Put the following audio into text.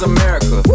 America